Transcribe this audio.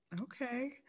Okay